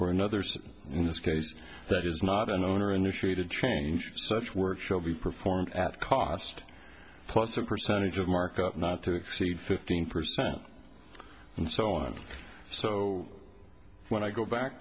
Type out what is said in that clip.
or another since in this case that is not an owner initiated change such work shall be performed at cost plus a percentage of markup not to exceed fifteen percent and so on so when i go back